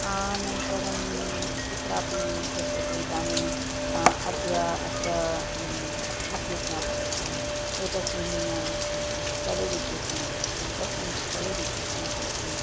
अनन्तरं कुत्रापि पश्यतु इदानीम् अद्य अत्र विद्युत् न भवति एतस्मिन् स्थले विद्युत् न भवति तस्मिन् स्थले विद्युत् न भवति